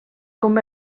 com